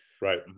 Right